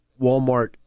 Walmart